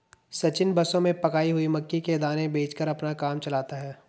सचिन बसों में पकाई हुई मक्की के दाने बेचकर अपना काम चलाता है